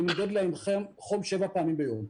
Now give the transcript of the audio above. ונמדוד להם חום שבע פעמים ביום.